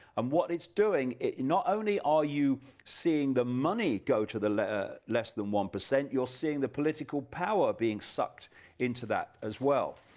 um what it's doing is not only are you seeing the money going to the less ah less than one percent, you're seeing the political power being sucked into that as well.